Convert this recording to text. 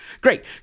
great